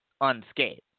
unscathed